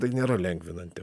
tai nėra lengvinanti